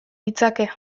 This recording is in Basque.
ditzake